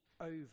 over